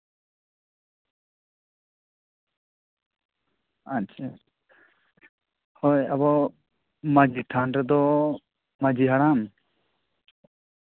ᱟᱪᱪᱷᱟ ᱦᱳᱭ ᱟᱵᱚ ᱢᱟᱹᱡᱷᱤ ᱛᱷᱟᱱ ᱨᱮᱫᱚ ᱢᱟᱹᱡᱷᱤ ᱦᱟᱲᱟᱢ